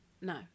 no